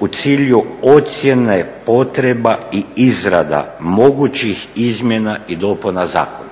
u cilju ocjene potreba i izrada mogućih izmjena i dopuna zakona.